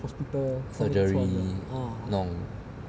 surgery 弄